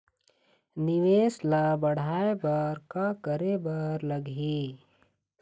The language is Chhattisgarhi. निवेश ला बढ़ाय बर का करे बर लगही?